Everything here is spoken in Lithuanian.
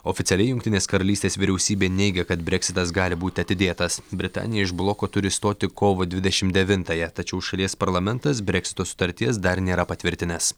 oficialiai jungtinės karalystės vyriausybė neigia kad breksitas gali būti atidėtas britanija iš bloko turi išstoti kovo dvidešimt devintąją tačiau šalies parlamentas breksito sutarties dar nėra patvirtinęs